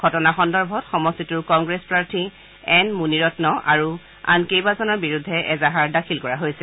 ঘটনাটো সন্দৰ্ভত সমট্টিটোৰ কংগ্ৰেছ প্ৰাৰ্থী এন মুনিৰম্ন আৰু আন কেবাজনৰ বিৰুদ্ধে এজাহাৰ দাখিল কৰা হৈছে